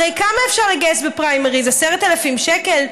הרי כמה אפשר לגייס בפריימריז, 10,000 שקלים?